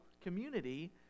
community